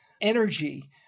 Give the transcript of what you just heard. energy